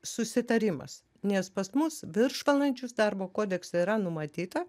susitarimas nes pas mus viršvalandžius darbo kodekse yra numatyta